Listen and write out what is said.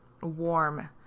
warm